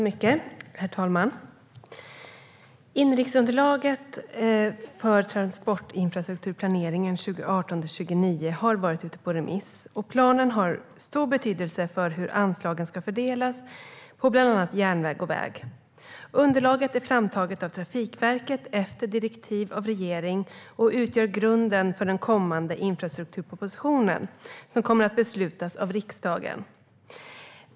Herr talman! Inriktningsunderlaget för transportinfrastrukturplaneringen 2018-2029 har varit ute på remiss. Planen har stor betydelse för hur anslagen ska fördelas på bland annat järnväg och väg. Underlaget är framtaget av Trafikverket efter direktiv av regeringen och utgör grunden för den kommande infrastrukturpropositionen, som kommer att beslutas av riksdagen.